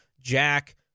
Jack